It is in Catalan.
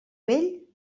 vell